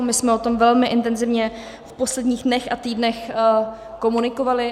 My jsme o tom velmi intenzivně v posledních dnech a týdnech komunikovali.